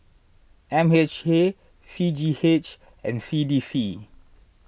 M H A C G H and C D C